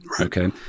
Okay